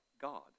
God